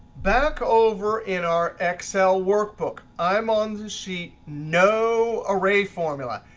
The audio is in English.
back over in our excel workbook, i'm on the sheet no array formula.